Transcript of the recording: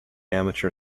amateur